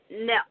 no